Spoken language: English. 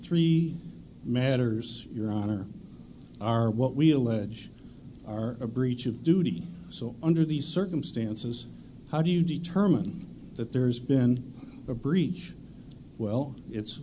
three matters your honor are what we allege are a breach of duty so under these circumstances how do you determine that there's been a breach well it's